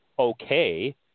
okay